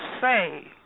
say